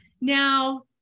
now